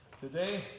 today